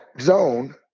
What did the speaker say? zone